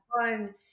fun